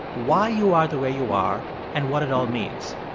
why you are the way you are and what it all means.